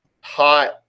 hot